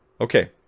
Okay